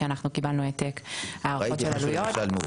אנחנו קיבלנו העתק - הערכות כספיות.